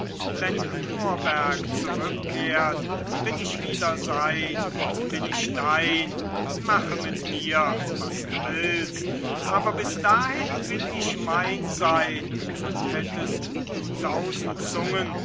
wenn norberg zurückkehrt bin ich wieder sein bin ich dein mache mit mir was du willst aber bis dahin will ich mein sein und hättest du tausend zungen